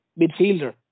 midfielder